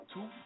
Two